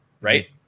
right